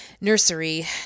nursery